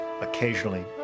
occasionally